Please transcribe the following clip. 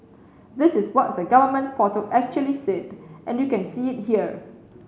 this is what the government portal actually said and you can see it here